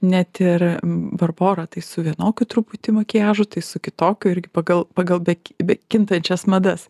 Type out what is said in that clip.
net ir barbora tai su vienokiu truputį makiažu tai su kitokiu irgi pagal pagal be ki be kintančias madas